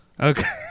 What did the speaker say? Okay